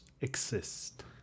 exist